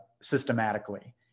systematically